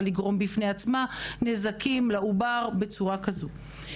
לגרום בפני עצמה נזקים לעובר בצורה כזו,